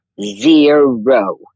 Zero